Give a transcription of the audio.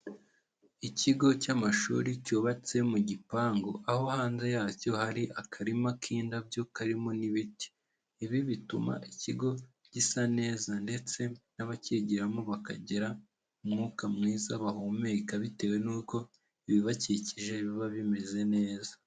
Ikigo cy'amashuri cyubatse mu gipangu aho hanze yacyo hari akarima k'indabyo karimo n'ibiti, ibi bituma ikigo gisa neza ndetse n'abakigiramo bakagira umwuka mwiza bahumeka bitewe n'uko ibibakikije biba bimeze neza.